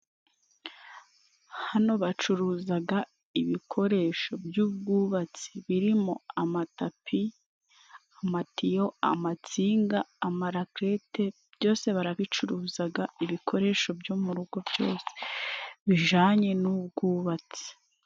Hano bacuruzaga ibikoresho by'ubwubatsi birimo: amatapi, amatiyo, amatsinga, amarakelete, byose barabicuruzaga ibikoresho byo mu rugo byose bijanye n'ubwubatsi.